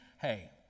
hey